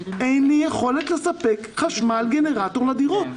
אין לי יכולת לספק חשמל גנרטור לדירות.